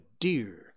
dear